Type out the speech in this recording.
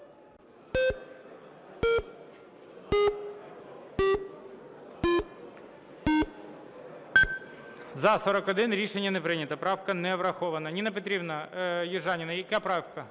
За-41 Рішення не прийнято. Правка не врахована. Ніна Петрівна Южаніна, яка правка?